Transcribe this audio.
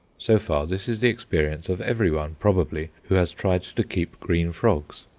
so far, this is the experience of every one, probably, who has tried to keep green frogs.